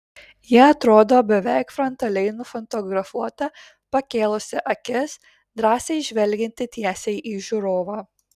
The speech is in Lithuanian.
ji atrodo beveik frontaliai nufotografuota pakėlusi akis drąsiai žvelgianti tiesiai į žiūrovą